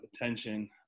attention